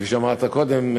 שכפי שאמרת קודם,